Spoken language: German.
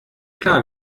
klar